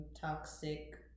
toxic